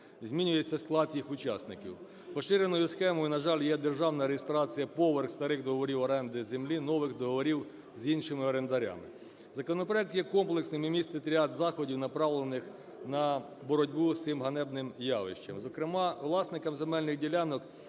змінюється склад їх учасників. Поширеною схемою, на жаль, є державна реєстрація поверх старих договорів оренди землі нових договорів з іншими орендарями. Законопроект є комплексним і містить ряд заходів, направлених на боротьбу з цим ганебним явищем. Зокрема власникам земельних ділянок